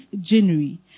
January